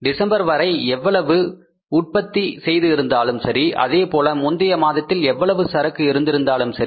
December வரை எவ்வளவு உற்பத்தி செய்து இருந்தாலும் சரி அதேபோல முந்தைய மாதத்தில் எவ்வளவு சரக்கு இருந்திருந்தாலும் சரி